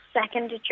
second